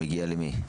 שמגיע למי?